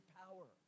power